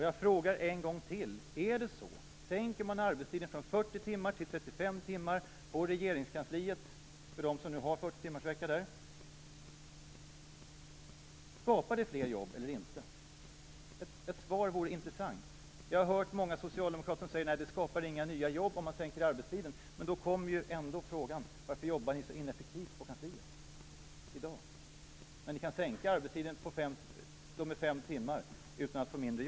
Jag frågar en gång till: Skapar det fler jobb eller inte om man sänker arbetstiden från 40 till 35 timmar på kansliet för dem som nu har 40-timmarsvecka där? Ett svar vore intressant. Jag har hört många socialdemokrater säga att en arbetstidssänkning inte skapar några nya jobb. Om man kan man sänka arbetstiden med fem timmar utan att få mindre gjort blir frågan: Varför jobbar man så ineffektivt på kansliet i dag?